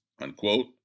Unquote